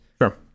Sure